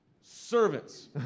servants